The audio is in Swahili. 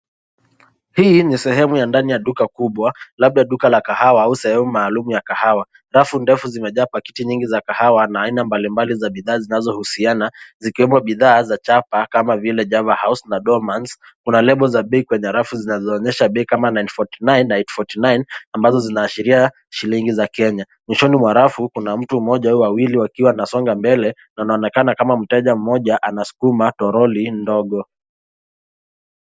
Hii ni sehemu ya ndani ya duka kubwa labda duka la kahawa au sehemu maalum ya kahawa ,rafu ndefu zimejaa kwa kiti nyingi za kahawa na aina mbalimbali za bidhaa zinazohusiana zikiwemo bidhaa za java , kama vile java house na dormans kuna level za bei kwenye halafu zinazoonyesha be kama 949 na 849 ambazo zinaashiria shilingi za Kenya, mwishoni mwa rafu kuna mtu mmoja wawili wakiwa wanasonga mbele na unaonekana kama mteja mmoja anasukuma toroli ndogo.